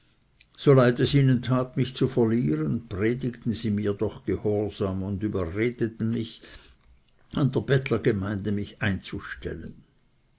so leid es ihnen tat mich zu verlieren predigten sie mir doch gehorsam und überredeten mich an der bettlergemeinde mich einzustellen